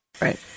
Right